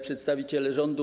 Przedstawiciele Rządu!